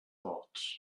thoughts